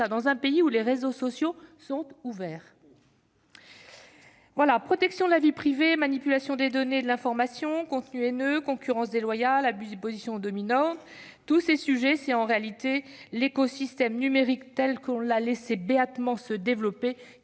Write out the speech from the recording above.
dans un pays où les réseaux sociaux seraient ouverts »! Protection de la vie privée, manipulation des données et de l'information, contenus haineux, concurrence déloyale, abus de position dominante : c'est l'écosystème numérique que nous avons laissé béatement se développer